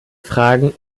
fragen